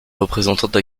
représentante